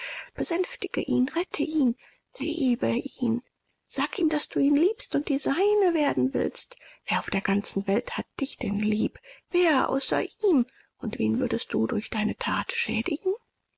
besänftige ihn rette ihn liebe ihn sag ihm daß du ihn liebst und die seine werden willst wer auf der ganzen welt hat dich denn lieb wer außer ihm und wen würdest du durch deine that schädigen